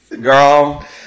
girl